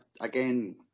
again